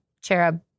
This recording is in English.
cherub